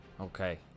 Okay